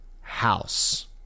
house